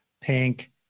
pink